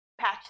patch